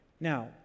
Now